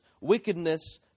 wickedness